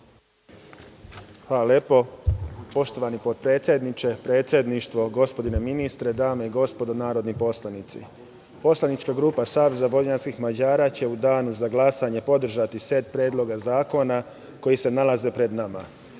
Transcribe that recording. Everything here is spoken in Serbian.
Hvala lepo. Poštovani potpredsedniče, predsedništvo, gospodine ministre, dame i gospodo narodni poslanici, poslanička grupa Saveza vojvođanskih Mađara će u danu za glasanje podržati set predloga zakona koji se nalaze pred nama. Ja